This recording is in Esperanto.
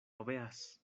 obeas